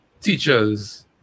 Teachers